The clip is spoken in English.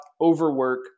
overwork